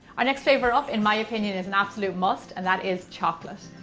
our next flavor up, in my opinion, is an absolute must and that is chocolate.